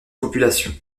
population